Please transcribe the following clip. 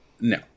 No